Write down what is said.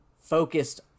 focused